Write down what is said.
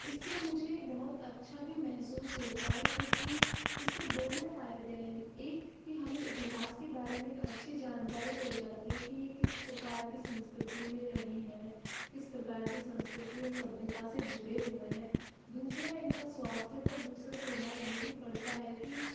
इससे मुझे बहुत अच्छा भी महसूस होता है क्योंकि इसके दोनो फ़ायदे है एक कि हमें इतिहास के बारे में अच्छी जानकारी मिल जाती है कि यह किस प्रकार की संस्कृति में रहे हैं किस प्रकार की संस्कृति और सभ्यता से जुड़े हुए है दूसरा इनका स्वास्थ्य पर दूसरा प्रभाव यह भी पड़ता है कि